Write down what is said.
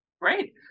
Great